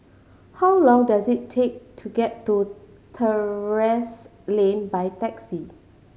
how long does it take to get to Terrasse Lane by taxi